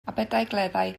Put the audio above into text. aberdaugleddau